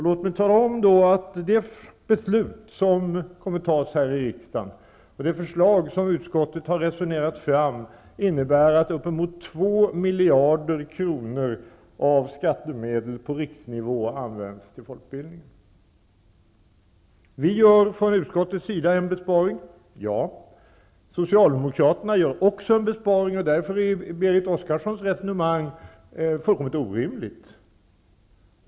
Låt mig tala om att det beslut som kommer att fattas här i riksdagen och det förslag som utskottet har resonerat fram innebär att upp emot 2 miljarder kronor av skattemedel på riksnivå används till folkbildningen. Vi gör från utskottets sida en besparing, ja. Socialdemokraterna gör också en besparing, och därför är Berit Oscarssons resonemang fullkomligt orimligt.